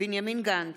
בנימין גנץ,